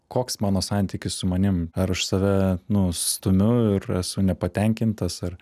koks mano santykis su manim ar aš save nu stumiu ir esu nepatenkintas ar